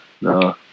No